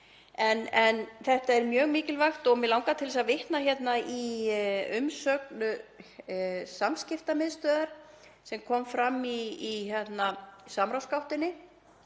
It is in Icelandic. En þetta er mjög mikilvægt. Mig langar til þess að vitna í umsögn Samskiptamiðstöðvar sem kom fram í samráðsgáttinni.